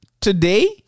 Today